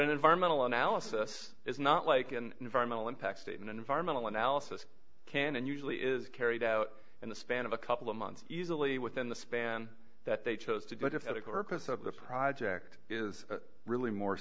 an environmental analysis is not like an environmental impact statement environmental analysis can and usually is carried out in the span of a couple of months easily within the span that they chose to go to the corpus of the project is really more